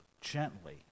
Gently